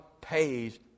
pays